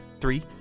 three